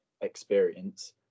experience